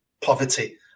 poverty